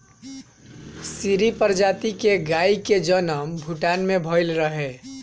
सीरी प्रजाति के गाई के जनम भूटान में भइल रहे